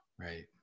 right